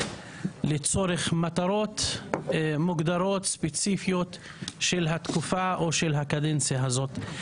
לצורך מטרות מוגדרות ספציפיות של התקופה או הקדנציה הזאת.